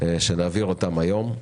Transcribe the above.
שנעביר אותן היום.